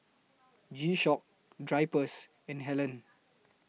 G Shock Drypers and Helen